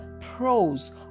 pros